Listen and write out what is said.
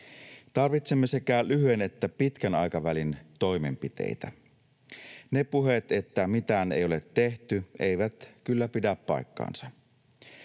Tarvitsemme sekä lyhyen että pitkän aikavälin toimenpiteitä. Ne puheet, että mitään ei ole tehty, eivät kyllä pidä paikkaansa.